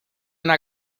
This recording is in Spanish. una